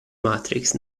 matrix